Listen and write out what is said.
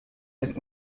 den